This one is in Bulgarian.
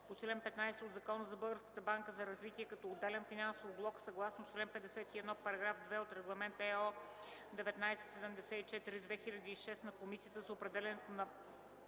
по чл. 15 от Закона за Българската банка за развитие като отделен финансов блок съгласно чл. 51, параграф 2 от Регламент (ЕО) № 1974/2006 на Комисията за определянето на